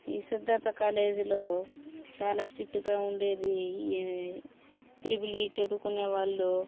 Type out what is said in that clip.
ఈ సిద్దార్థ కాలేజీలో చాలా స్టిట్టుగా ఉండేది ఈ త్రిబుల్ ఈ చదువుకునేవాళ్ళు